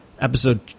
Episode